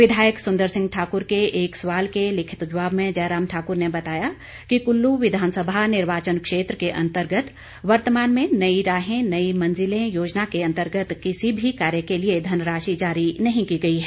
विधायक सुंदर सिंह ठाकूर के एक सवाल के लिखित जवाब में जयराम ठाकूर ने बताया कि कुल्लू विधानसभा निर्वाचन क्षेत्र के अंतर्गत वर्तमान में नई राहें नई मंजिलें योजना के अंतर्गत किसी भी कार्य के लिए धनराशि जारी नहीं की गई हैं